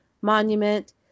Monument